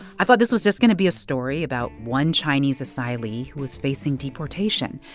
i thought this was just going to be a story about one chinese asylee who was facing deportation.